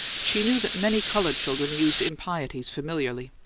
she knew that many coloured children use impieties familiarly,